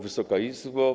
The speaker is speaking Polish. Wysoka Izbo!